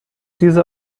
diese